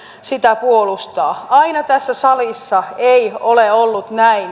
sitä puolustaa aina tässä salissa ei ole ollut näin